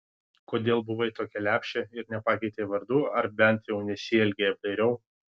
kodėl buvai tokia lepšė ir nepakeitei vardų ar bent jau nesielgei apdairiau